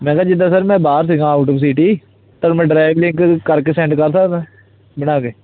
ਮੈਂ ਕਿਹਾ ਜਿੱਦਾਂ ਸਰ ਮੈਂ ਬਾਹਰ ਸੀਗਾ ਆਊਟ ਓਫ ਸੀਟੀ ਤਾਂ ਮੈਂ ਡਰਾਈਵ ਲਿੰਕ ਕਰਕੇ ਸੈਂਡ ਕਰ ਸਕਦਾ ਬਣਾ ਕੇ